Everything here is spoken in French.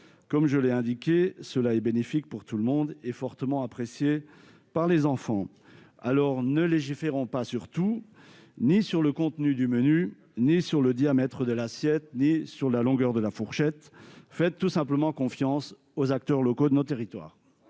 filières locales. Cela est bénéfique pour tout le monde et fortement apprécié des enfants. Ne légiférons pas sur tout, ni sur le contenu du menu ni sur le diamètre de l'assiette ou la longueur de la fourchette ! Faisons tout simplement confiance aux acteurs locaux de nos territoires.